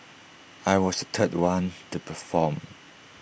I was the third one to perform